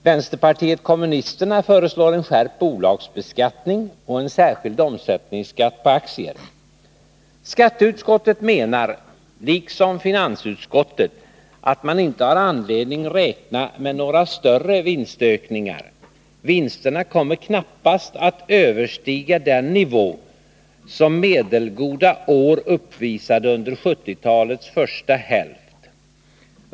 Vpk föreslår en skärpning av bolagsbeskattningen och en särskild omsättningsskatt på aktier. Skatteutskottet menar, liksom finansutskottet, att man inte har anledning att räkna med några större vinstökningar. Vinsterna kommer knappast att överstiga den nivå som medelgoda år uppvisade under 1970-talets första hälft.